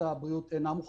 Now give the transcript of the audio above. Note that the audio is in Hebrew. מרבית המלונות סגורים עדיין,